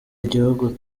igihugu